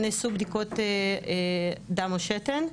נעשו בדיקות דם, או שתן.